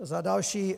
Za další.